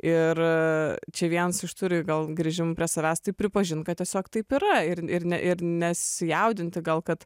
ir čia vienas iš turi gal grįžimų prie savęs tai pripažint kad tiesiog taip yra ir ir ne ir nesijaudinti gal kad